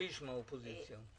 שליש מהאופוזיציה.